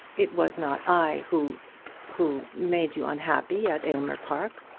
it was not i who who made you unhappy at aylmer park.